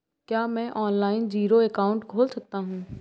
क्या मैं online zero account खोल सकता हूँ?